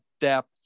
depth